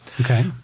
Okay